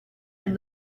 and